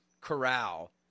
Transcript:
corral